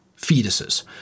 fetuses